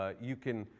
ah you can